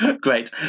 Great